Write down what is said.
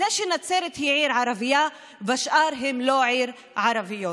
נצרת היא עיר ערבית והשאר הן לא ערים ערביות.